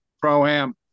pro-am